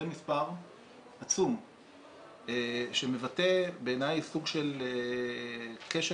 זה מספר עצום שמבטא בעיניי סוג של כשל